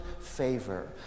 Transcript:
favor